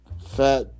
fat